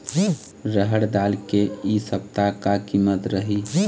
रहड़ दाल के इ सप्ता का कीमत रही?